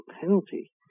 penalty